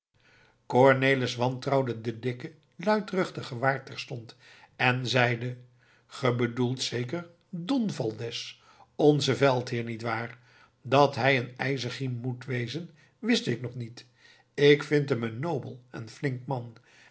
cornelis wantrouwde den dikken luidruchtigen waard terstond en zeide gij bedoelt zeker don valdez onzen veldheer nietwaar dat hij een ijzegrim moet wezen wist ik nog niet ik vind hem een nobel en flink man